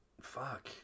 fuck